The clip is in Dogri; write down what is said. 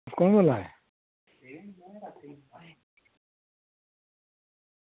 कु'न बो्ल्ला दे